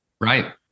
Right